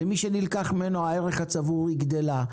ההוצאה של מי שנלקח ממנו הערך הצבור גדלה,